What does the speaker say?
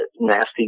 nasty